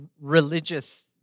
religious